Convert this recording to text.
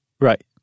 Right